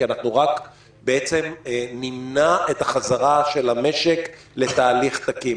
כי אנחנו רק בעצם נמנע את החזרה של המשק לתהליך תקין.